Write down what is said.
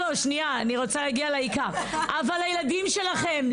אבל הילדים שלכם,